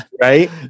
Right